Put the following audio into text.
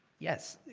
yes,